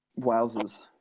Wowzers